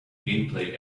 gameplay